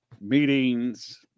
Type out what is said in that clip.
meetings